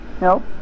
No